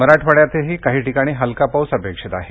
मराठवाड्यातही काही ठिकाणी हलका पाऊस अपेक्षित आहे